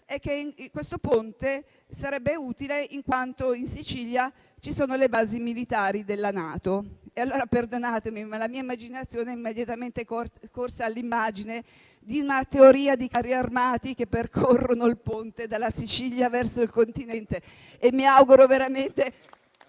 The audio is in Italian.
è che questo ponte sarebbe utile in quanto in Sicilia ci sono le basi militari della NATO. Perdonatemi, ma la mia mente è immediatamente corsa all'immagine di una teoria di carri armati che percorrono il ponte dalla Sicilia verso il continente e mi auguro veramente